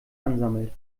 ansammelt